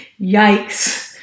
Yikes